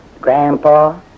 Grandpa